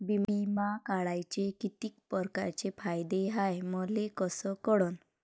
बिमा काढाचे कितीक परकारचे फायदे हाय मले कस कळन?